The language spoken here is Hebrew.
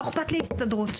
לא אכפת לי ההסתדרות.